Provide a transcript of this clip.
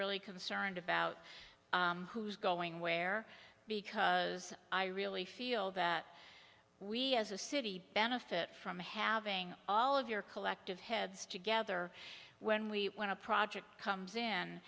really concerned about who's going where because i really feel that we as a city benefit from having all of your collective heads together when we want to project comes in